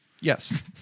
Yes